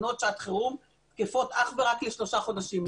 תקנות שעת חירום תקפות אך ורק לשלושה חודשים.